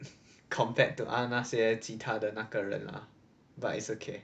compared to o~ 那些其他的那人 lah but it's okay